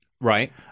right